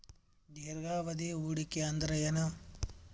ದೀರ್ಘಾವಧಿ ಹೂಡಿಕೆ ಅಂದ್ರ ಏನು?